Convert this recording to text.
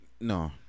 no